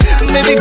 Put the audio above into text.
Baby